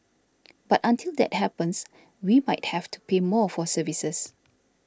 but until that happens we might have to pay more for services